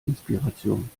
inspiration